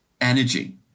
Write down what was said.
energy